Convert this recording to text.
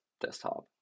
desktop